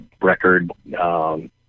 record